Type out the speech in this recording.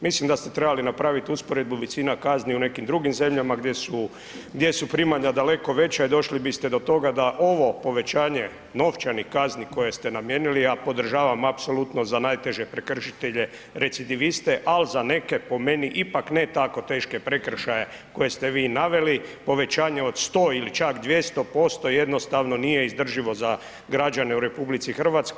Mislim da ste trebali napravit usporedbu većina kazni u nekim drugim zemljama gdje su primanja daleko veća i došli biste do toga da ovo povećanje novčanih kazni koje ste namijenili, ja podržavam apsolutno za najteže prekršitelje recidiviste, al za neke po meni ipak ne tako teške prekršaje koje ste vi naveli, povećanje od 100 ili čak 200% jednostavno nije izdrživo za građane u RH.